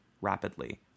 rapidly